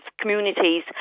communities